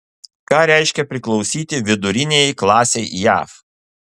ką reiškia priklausyti viduriniajai klasei jav